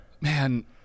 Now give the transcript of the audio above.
Man